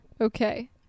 okay